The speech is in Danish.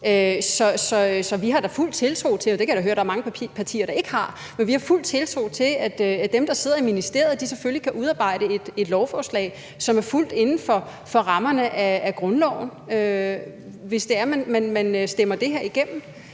Så vi har da fuld tiltro til – og det kan jeg da høre at der er mange partier der ikke har – at dem, der sidder i ministeriet, selvfølgelig kan udarbejde et lovforslag, som er fuldt inden for rammerne af grundloven, hvis det er, at man stemmer det her igennem.